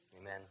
Amen